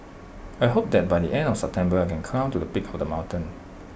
I hope that by the end of September I can climb to the peak of the mountain